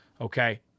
Okay